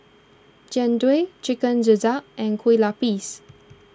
Jian Dui Chicken Gizzard and Kueh Lapis